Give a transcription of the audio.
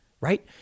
right